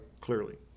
clearly